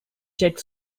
jet